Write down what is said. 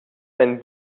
ein